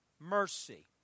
mercy